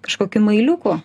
kažkokiu mailiuku